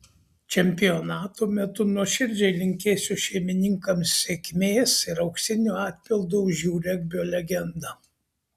čempionato metu nuoširdžiai linkėsiu šeimininkams sėkmės ir auksinio atpildo už jų regbio legendą